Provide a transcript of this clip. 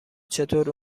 چطور